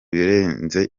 birenze